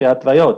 לפי ההתוויות.